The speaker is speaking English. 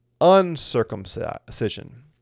uncircumcision